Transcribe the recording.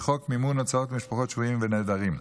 חוק מימון הוצאות משפחות שבויים ונעדרים.